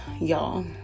y'all